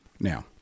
Now